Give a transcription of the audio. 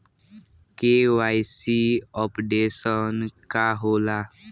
KYC updation का होला?